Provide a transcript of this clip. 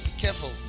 careful